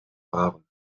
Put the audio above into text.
fahren